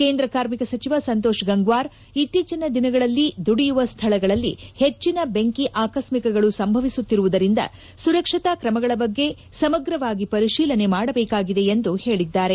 ಕೇಂದ್ರ ಕಾರ್ಮಿಕ ಸಚಿವ ಸಂತೋಷ್ ಗಂಗ್ವಾರ್ ಇತ್ತೀಚಿನ ದಿನಗಳಲ್ಲಿ ದುಡಿಯುವ ಸ್ಥಳಗಳಲ್ಲಿ ಹೆಚ್ಚಿನ ಬೆಂಕಿ ಆಕಸ್ಟಿಕಗಳು ಸಂಭವಿಸುತ್ತಿರುವುದರಿಂದ ಸುರಕ್ಷತಾ ಕ್ರಮಗಳ ಬಗ್ಗೆ ಸಮಗ್ರವಾಗಿ ಪರಿಶೀಲನೆ ಮಾಡಬೇಕಾಗಿದೆ ಎಂದು ಹೇಳಿದ್ದಾರೆ